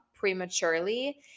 prematurely